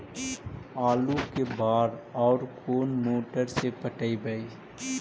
आलू के बार और कोन मोटर से पटइबै?